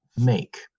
make